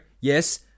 Yes